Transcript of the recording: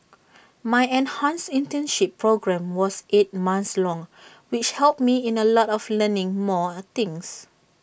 my enhanced internship programme was eight months long which helped me in A lot of learning more things